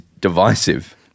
divisive